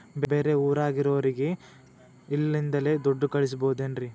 ಬೇರೆ ಊರಾಗಿರೋರಿಗೆ ಇಲ್ಲಿಂದಲೇ ದುಡ್ಡು ಕಳಿಸ್ಬೋದೇನ್ರಿ?